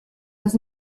was